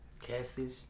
Catfish